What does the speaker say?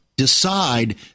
decide